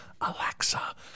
Alexa